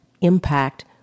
impact